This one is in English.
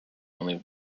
only